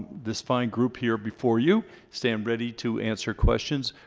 this fine group here before you stand ready to answer questions.